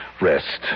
rest